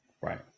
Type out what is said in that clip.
right